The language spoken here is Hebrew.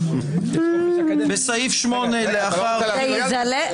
תודה, חבר הכנסת רוטמן.